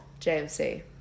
JMC